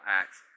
acts